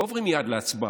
לא עוברים מייד להצבעה,